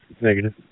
Negative